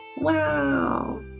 wow